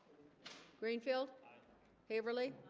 greenfield haverly